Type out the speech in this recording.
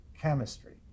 Chemistry